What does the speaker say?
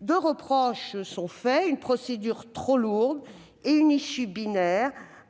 Deux reproches sont formulés : une procédure trop lourde et une issue binaire,